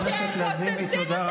אנחנו לא מכבדים אותם כשהם בוזזים אותנו.